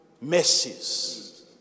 mercies